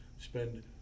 spend